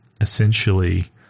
essentially